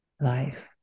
life